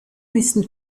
müssen